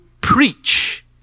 preach